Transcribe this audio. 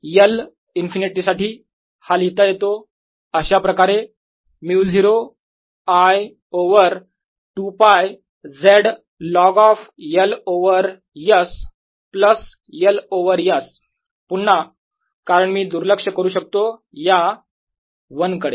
L infinity साठी हा लिहिता येतो अशाप्रकारे μ0 I over 2π Z log of L over S plus L over S पुन्हा कारण मी दुर्लक्ष करू शकतो या 1 कडे